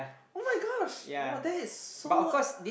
[oh]-my-gosh !wah! that is so